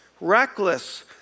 reckless